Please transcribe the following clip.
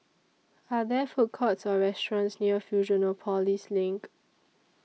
Are There Food Courts Or restaurants near Fusionopolis LINK